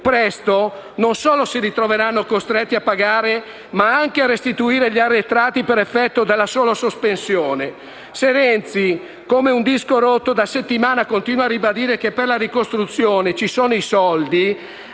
presto, non solo si ritroveranno costretti a pagare, ma anche a restituire gli arretrati per effetto della sola sospensione. Renzi, come un disco rotto, da settimane, continua a ribadire che per la ricostruzione ci sono i soldi,